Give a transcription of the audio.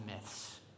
myths